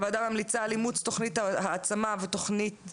הוועדה ממליצה על אימוץ תוכנית העצמה ותוכניות